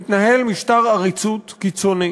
מתנהל משטר עריצות קיצוני,